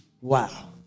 Wow